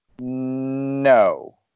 No